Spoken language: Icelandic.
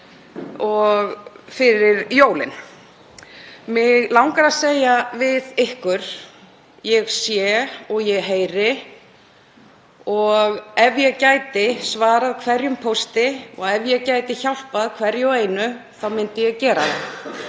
fyrir jólin. Mig langar að segja við ykkur: Ég sé og ég heyri og ef ég gæti svarað hverjum pósti og ef ég gæti hjálpað hverju og einu þá myndi ég gera það